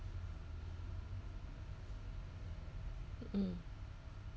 mm